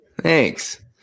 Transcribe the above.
thanks